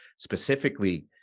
specifically